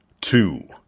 two